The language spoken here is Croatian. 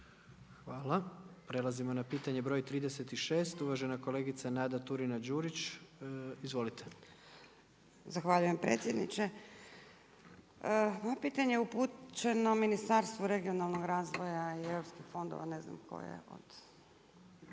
Hvala. Prelazimo na pitanje broj 36, uvažena kolegica Nada Turina-Đurić. Izvolite. **Turina-Đurić, Nada (HNS)** Zahvaljujem predsjedniče. Moje pitanje je upućeno Ministarstvu regionalnog razvoja i europskih fondova, ne znam tko je